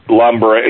lumber